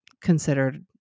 considered